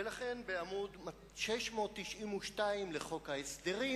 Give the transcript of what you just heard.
ולכן בעמוד 692 לחוק ההסדרים